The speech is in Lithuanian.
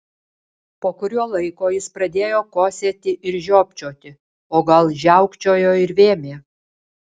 po kurio laiko jis pradėjo kosėti ir žiopčioti o gal žiaukčiojo ir vėmė